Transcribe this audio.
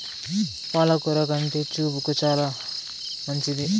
పాల కూర కంటి చూపుకు చానా మంచిది